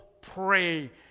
pray